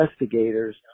investigators